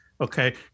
okay